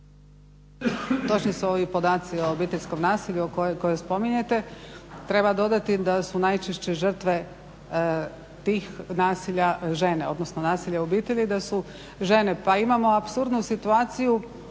Točni su ovi podatci o obiteljskom nasilju koje spominjete. Treba dodati da su najčešće žrtve tih nasilja žene, odnosno nasilja u obitelji da su žene. Pa imamo apsurdnu situaciju